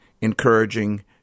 encouraging